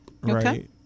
right